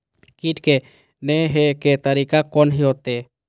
कीट के ने हे के तरीका कोन होते?